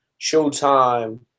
Showtime